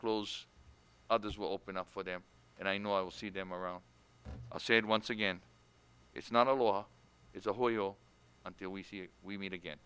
pools others will open up for them and i know i will see them around i said once again it's not a law it's a whole you'll until we see you we meet again